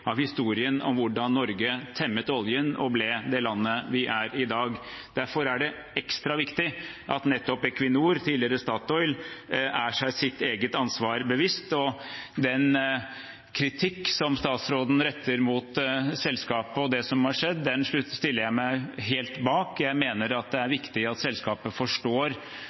historien om hvordan Norge temmet oljen og ble det landet vi har i dag. Derfor er det ekstra viktig at nettopp Equinor, tidligere Statoil, er seg sitt ansvar bevisst, og den kritikk som statsråden retter mot selskapet og det som har skjedd, stiller jeg meg helt bak. Jeg mener det er viktig at selskapet forstår